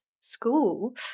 school